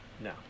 no